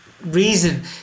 reason